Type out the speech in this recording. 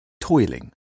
Toiling